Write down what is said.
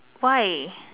why